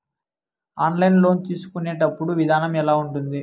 online loan తీసుకునేటప్పుడు విధానం ఎలా ఉంటుంది